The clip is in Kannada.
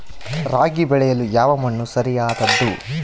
ರಾಗಿ ಬೆಳೆಯಲು ಯಾವ ಮಣ್ಣು ಸರಿಯಾದದ್ದು?